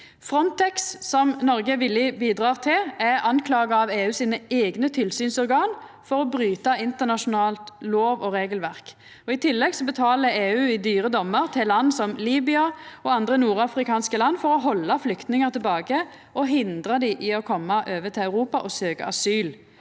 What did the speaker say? Frontex, som Noreg villig bidreg til, er skulda av EUs eigne tilsynsorgan for å bryta internasjonalt lov- og regelverk. I tillegg betaler EU i dyre dommar til land som Libya og andre nordafrikanske land for å halda flyktningar tilbake og hindra dei i å koma over til Europa og søkja